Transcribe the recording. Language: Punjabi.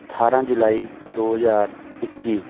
ਅਠਾਰ੍ਹਾਂ ਜੁਲਾਈ ਦੋ ਹਜ਼ਾਰ ਇੱਕੀ